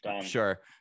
Sure